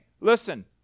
listen